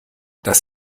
das